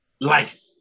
life